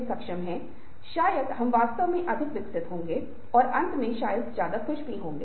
कुछ लोगों के पास बुरी शैली खराब इंटोनेशन ठहराव की कमी बहुत तेज बोलने की प्रवृति होती है